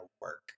work